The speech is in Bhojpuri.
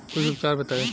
कुछ उपचार बताई?